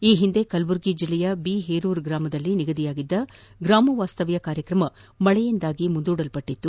ಈ ಹಿಂದೆ ಕಲಬುರಗಿ ಜಿಲ್ಲೆಯ ಬಿ ಹೆರೂರ ಗ್ರಾಮದಲ್ಲಿ ನಿಗದಿಯಾಗಿದ್ದ ಗ್ರಾಮ ವಾಸ್ತವ್ಯ ಕಾರ್ಯಕ್ರಮವು ಮಳೆಯಿಂದಾಗಿ ಮುಂದೂಡಲ್ಲಟ್ಟತ್ತು